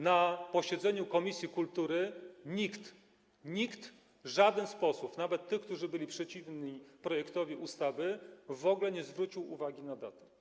Na posiedzeniu komisji kultury nikt, żaden z posłów, nawet tych, którzy byli przeciwni projektowi ustawy, w ogóle nie zwrócił uwagi na datę.